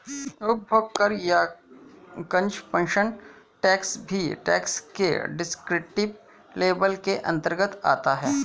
उपभोग कर या कंजप्शन टैक्स भी टैक्स के डिस्क्रिप्टिव लेबल के अंतर्गत आता है